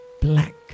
black